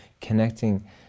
connecting